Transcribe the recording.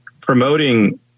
promoting